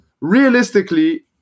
realistically